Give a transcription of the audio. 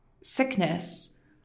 sickness